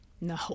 No